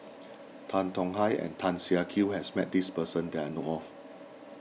Tan Tong Hye and Tan Siak Kew has met this person that I know of